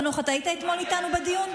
חנוך, אתה היית אתמול איתנו בדיון?